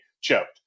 choked